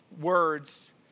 words